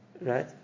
right